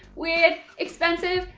weird, expensive,